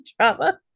trauma